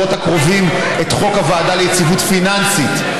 את חוק הוועדה ליציבות פיננסית,